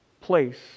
place